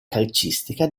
calcistica